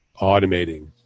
Automating